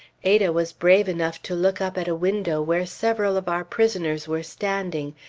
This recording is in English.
ada was brave enough to look up at a window where several of our prisoners were standing,